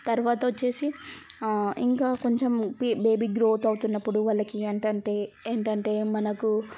తర్వాత వచ్చేసి ఇంకా కొంచెం బేబీ గ్రోత్ అవుతున్నప్పుడు వాళ్ళకి ఏంటంటే ఏంటంటే మనకు